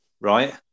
right